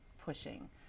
pushing